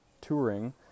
touring